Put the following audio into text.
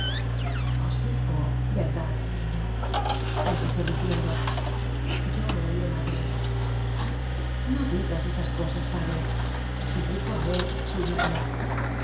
dijo verdad el niñoempezó dicien do yo le maté no digas esas cosas padresuplicó abel su yerno